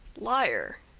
liar,